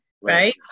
right